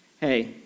Hey